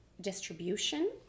distribution